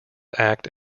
act